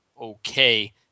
okay